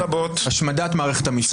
השמדת מערכת המשפט.